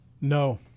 no